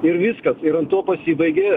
ir viskas ir an to pasibaigė